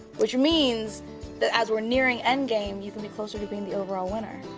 which means that as we're nearing end game, you can be closer to being the overall winner.